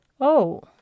Oh